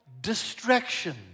distraction